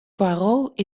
poirot